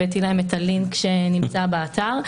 הבאתי להם את הלינק שנמצא באתר.